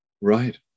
Right